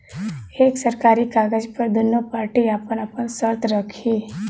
एक सरकारी कागज पर दुन्नो पार्टी आपन आपन सर्त रखी